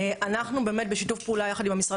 אנחנו באמת בשיתוף פעולה יחד עם המשרד